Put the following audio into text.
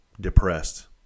depressed